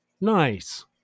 nice